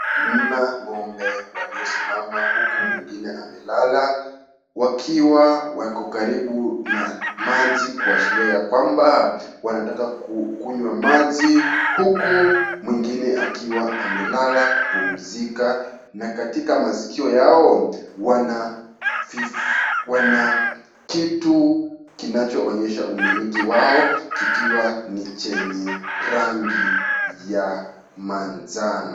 Mna ng'ombe waliosimama huku mwingine amelala wakiwa wako karibu na maji kuashiria ya kwamba wanataka kukunywa maji huku mwingine akiwa amelala kupumzika na katika masikio yao wana kitu kinachoonyesha umiliki wao kikiwa ni chenye rangi ya manjano.